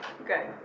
Okay